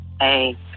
hey